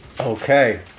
Okay